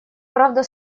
правда